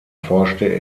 forschte